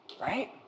right